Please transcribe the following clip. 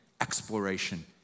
exploration